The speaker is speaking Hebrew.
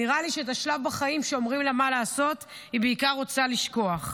נראה לי שאת השלב בחיים שאומרים לה מה לעשות היא בעיקר רוצה לשכוח.